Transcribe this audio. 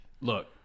Look